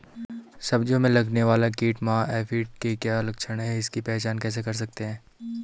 सब्जियों में लगने वाला कीट माह एफिड के क्या लक्षण हैं इसकी पहचान कैसे कर सकते हैं?